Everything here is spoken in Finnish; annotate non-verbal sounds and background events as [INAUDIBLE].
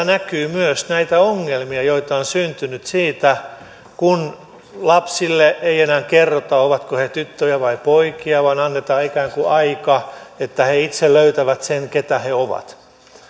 [UNINTELLIGIBLE] näkyy myös näitä ongelmia joita on syntynyt siitä kun lapsille ei enää kerrota ovatko he tyttöjä vai poikia vaan annetaan ikään kuin aikaa että he itse löytävät keitä he ovat